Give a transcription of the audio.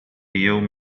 يوم